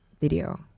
video